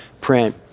print